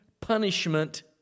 punishment